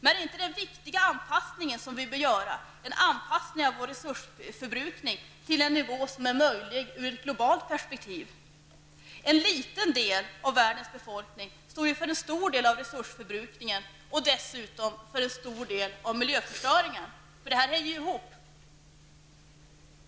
Men är inte den viktiga anpassning som vi bör göra en anpassning av vår resursförbrukning till en nivå som är möjlig sett i ett globalt perspektiv? En liten del av världens befolkning står ju för en stor del av resursförbrukningen och dessutom för en stor del av miljöförstöringen. Det här hänger ju ihop.